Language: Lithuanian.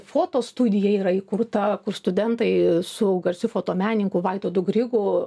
foto studija yra įkurta kur studentai su garsiu fotomenininku vaidotu grigu